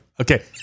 Okay